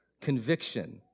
conviction